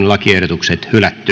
lakiehdotukset hylätään